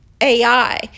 ai